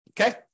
okay